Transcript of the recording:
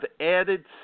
added